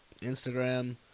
Instagram